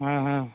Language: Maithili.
हँ हँ